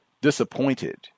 disappointed